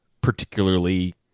particularly